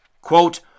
quote